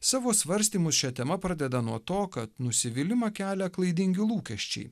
savo svarstymus šia tema pradeda nuo to kad nusivylimą kelia klaidingi lūkesčiai